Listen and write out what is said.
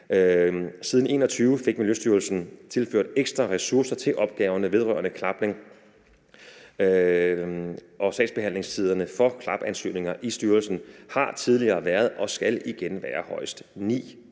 Siden 2021 fik Miljøstyrelsen tilført ekstra ressourcer til opgaverne vedrørende klapning, og sagsbehandlingstiderne for klapansøgninger i styrelsen har tidligere været og skal igen være højst 9